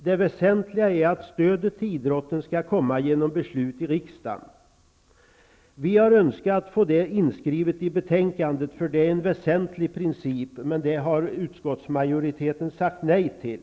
Det väsentliga är att stödet till idrotten kommer genom beslut i riksdagen. Vi har önskat få det inskrivet i betänkandet, för det är en väsentlig princip. Men det har utskottsmajoriteten sagt nej till.